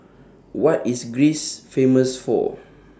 What IS Greece Famous For